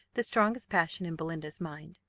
the strongest passion in belinda's mind.